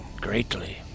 greatly